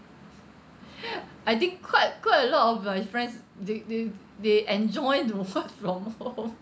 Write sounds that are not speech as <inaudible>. <breath> I think quite quite a lot of my friends they they they enjoy don't know what's wrong lor <laughs>